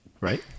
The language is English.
right